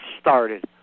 started